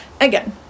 again